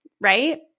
right